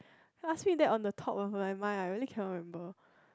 ask me that on the top of my mind I really cannot remember